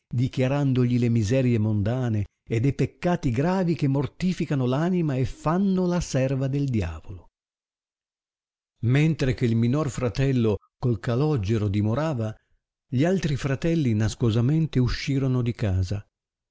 dichiarandogli le miserie mondane ed e peccati gravi che mortificano l'anima e fannola serva del diavolo mentre che il minor fratello col calogero dimorava gli altri fratelli nascosamente uscirono di casa